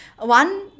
one